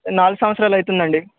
నాలుగు సంవత్సరాలు అవుతుందండి